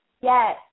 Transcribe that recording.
Yes